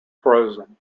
frozen